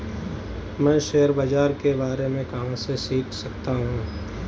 मैं शेयर बाज़ार के बारे में कहाँ से सीख सकता हूँ?